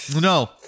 no